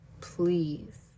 Please